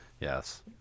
yes